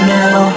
now